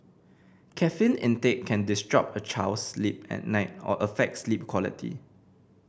caffeine intake can disrupt a child's sleep at night or affect sleep quality